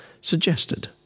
suggested